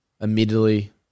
immediately